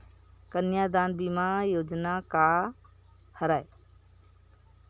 कन्यादान बीमा योजना का हरय?